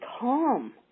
calm